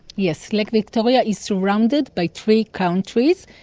yes, lake victoria is surrounded by three countries.